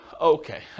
Okay